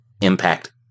impact